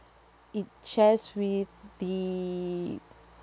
it shares with the